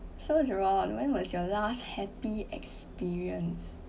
so john when was your last happy experience